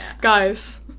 Guys